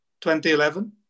2011